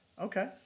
Okay